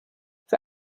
für